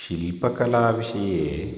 शिल्पकलाविषये